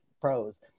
pros